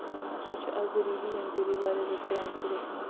ٲں سۄ چھِ اَکھ غریٖبی ییٚمہِ ذٔریعہِ واریاہ زیادٕ کرٛایم چھِ گژھان